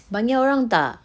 banyak orang tak